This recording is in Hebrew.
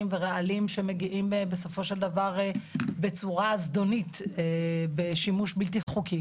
ורעלים שמגיעים בסופו של דבר בצורה זדונית בשימוש בלתי חוקי.